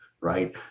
right